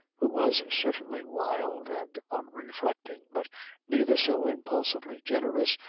who was certainly wild and unreflecting, but neither so impulsively generous,